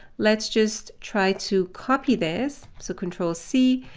let's just try to copy this. so control c,